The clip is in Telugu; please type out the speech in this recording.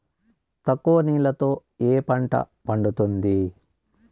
తక్కువ నీళ్లతో ఏ పంట పండుతుంది?